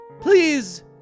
Please